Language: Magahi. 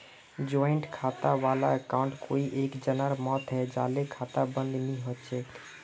जॉइंट खाता वाला अकाउंटत कोई एक जनार मौत हैं जाले खाता बंद नी हछेक